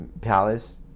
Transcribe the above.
palace